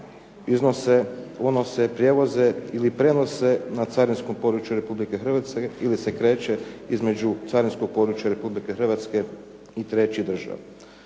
iznose, unose, prevoze ili prenose na carinskom području Republike Hrvatske ili se kreće između carinskog područja Republike Hrvatske i trećih država.